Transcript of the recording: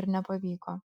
ir nepavyko